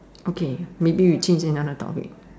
okay maybe we change another topic